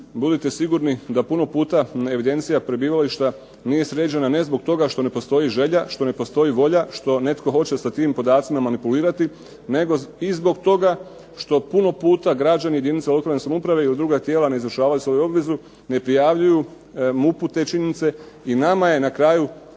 budite sigurni da puno puta evidencija prebivališta nije sređena ne zbog toga što ne postoji želja, što ne postoji volja, što netko hoće sa tim podacima manipulirati, nego i zbog toga što puno puta građani i jedinice lokalne samouprave ili druga tijela ne izvršavaju svoju obvezu, ne prijavljuju MUP-u te činjenice i nama je na kraju